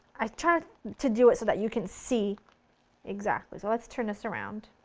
i try to do it so that you can see exactly, so let's turn this around.